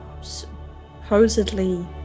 supposedly